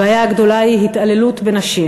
הבעיה הגדולה היא התעללות בנשים.